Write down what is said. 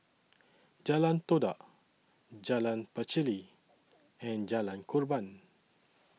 Jalan Todak Jalan Pacheli and Jalan Korban